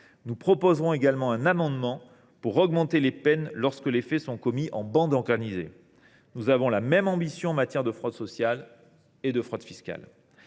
Nous proposerons également un amendement pour augmenter les peines lorsque les faits sont commis en bande organisée. Nous avons la même ambition en matière de fraude sociale et de fraude fiscale.